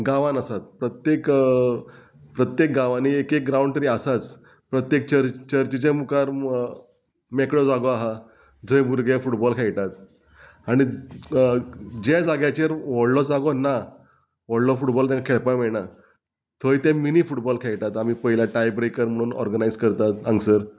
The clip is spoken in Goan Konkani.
गांवान आसात प्रत्येक प्रत्येक गांवांनी एक एक ग्रावंड तरी आसाच प्रत्येक चर्च चर्चीच्या मुखार मेकळो जागो आहा जंय भुरगे फुटबॉल खेयटात आनी ज्या जाग्याचेर व्हडलो जागो ना व्हडलो फुटबॉल तेका खेळपा मेळना थंय ते मिनी फुटबॉल खेयटात आमी पयल्या टाय ब्रेकर म्हणून ऑर्गनायज करतात हांगसर